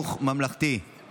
איסור העסקת מורשעי ותומכי טרור